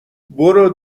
برو